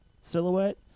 silhouette